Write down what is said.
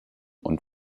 und